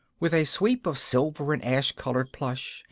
with a sweep of silver and ash-colored plush,